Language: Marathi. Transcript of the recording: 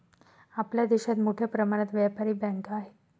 आपल्या देशात मोठ्या प्रमाणात व्यापारी बँका आहेत